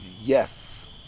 Yes